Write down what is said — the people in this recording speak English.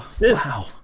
Wow